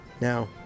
now